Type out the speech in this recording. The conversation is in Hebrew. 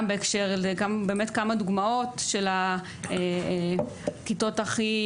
בהקשר הזה כמה דוגמאות של הכיתות הכי